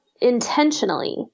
Intentionally